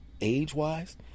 age-wise